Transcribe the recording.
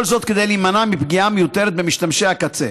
כל זאת, כדי להימנע מפגיעה מיותרת במשתמשי הקצה.